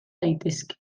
daitezke